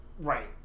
right